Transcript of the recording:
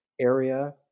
area